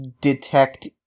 detect